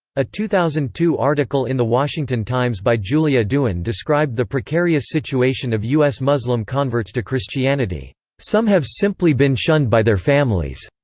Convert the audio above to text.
a two thousand and two article in the washington times by julia duin described the precarious situation of u s. muslim converts to christianity some have simply been shunned by their families.